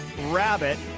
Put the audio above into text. rabbit